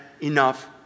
enough